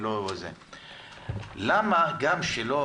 למה שלא